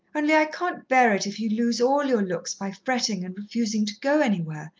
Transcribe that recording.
only i can't bear it if you lose all your looks by frettin' and refusin' to go anywhere,